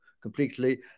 Completely